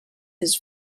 his